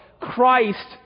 Christ